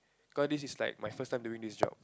cause this is like my first time doing this job